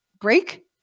break